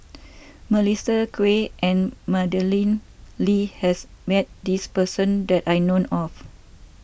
Melissa Kwee and Madeleine Lee has met this person that I know of